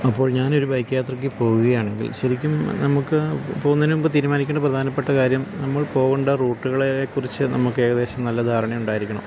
അപ്പോൾ ഞാനൊരു ബൈക്ക് യാത്രക്ക് പോവുകയാണെങ്കിൽ ശെരിക്കും നമുക്ക് പോകുന്നതിന് മുൻപ് തിരുമാനിക്കേണ്ട പ്രധാനപ്പെട്ട കാര്യം നമ്മൾ പോകേണ്ട റൂട്ടുകളെ കുറിച്ച് നമുക്ക് ഏകദേശം നല്ല ധാരണ ഉണ്ടായിരിക്കണം